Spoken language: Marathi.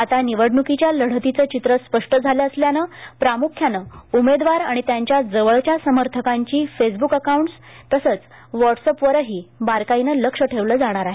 आता निवडण्कीच्या लढतीच चित्र स्पष्ट झालं असल्याने प्रामुख्यानं उमेदवार आणि त्यांच्या जवळच्या समर्थकांची फेस ब्क अकाउंट तसंच व्हाट्स अप वरही बारकाईनं लक्ष ठेवलं जाणार आहे